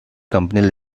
company